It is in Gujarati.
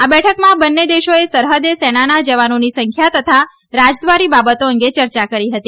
આ બેઠકમાં બને દેશોએ સરહદે સેનાના જવાનોની સંખ્યા તથા રાજદ્વારી બાબતો અંગે ચર્ચા કરી હતી